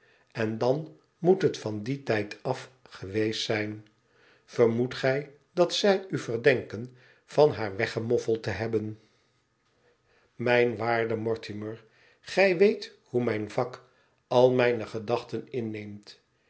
en dan moet het van dien tijd af geweest zijn vermoedt gij dat zij u verdenken van haar weggemoffeld te hebben mijn waarde mortimer gij weet hoe mijn vak al mijne gedachten inneemt